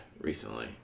recently